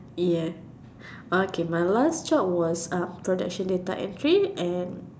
yes okay my last job is production data entry and